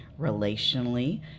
relationally